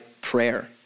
prayer